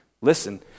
listen